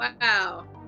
Wow